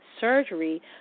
surgery